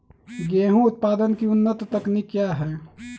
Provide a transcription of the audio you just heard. गेंहू उत्पादन की उन्नत तकनीक क्या है?